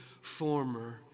former